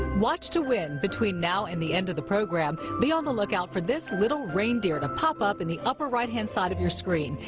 watch to win between now and the end of the program. be on the lookout for this little reindeer to pop up in the upper right-hand side of your screen.